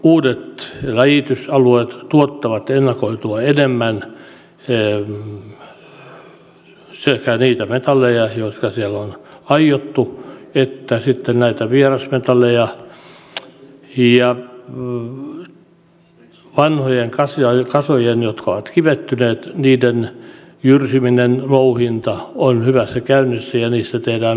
uudet läjitysalueet tuottavat ennakoitua enemmän sekä niitä metalleja joita siellä on aiottu että sitten näitä vierasmetalleja ja vanhojen kasojen jotka ovat kivettyneet jyrsiminen ja louhinta on hyvässä käynnissä ja niistä tehdään uusia kasoja